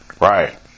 Right